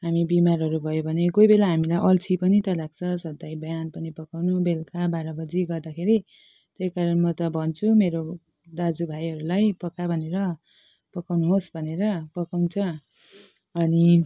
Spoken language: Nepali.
हामी बिमारहरू भयो भने कोही बेला हामीलाई अल्छी पनि त लाग्छ सधैँ बिहान पनि पकाउनु बेलुका बाह्र बजे गर्दाखेरि त्यही कारण म त भन्छु मेरो दाजुभाइहरूलाई पका भनेर पकाउनुहोस् भनेर पकाउँछ अनि